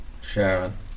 Sharon